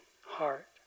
heart